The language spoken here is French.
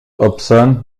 hobson